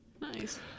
nice